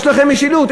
יש לכם משילות,